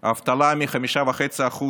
האבטלה, מ-5.5%